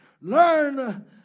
Learn